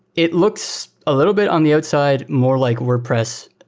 it looks a little bit on the outside more like wordpress